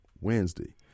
Wednesday